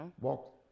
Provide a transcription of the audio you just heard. walk